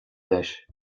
leis